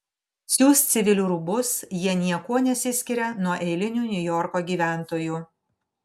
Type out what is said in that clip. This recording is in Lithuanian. siūs civilių rūbus jie niekuo nesiskiria nuo eilinių niujorko gyventojų